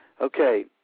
Okay